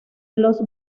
los